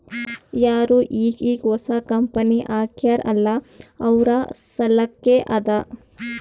ಯಾರು ಈಗ್ ಈಗ್ ಹೊಸಾ ಕಂಪನಿ ಹಾಕ್ಯಾರ್ ಅಲ್ಲಾ ಅವ್ರ ಸಲ್ಲಾಕೆ ಅದಾ